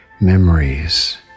memories